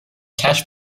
cash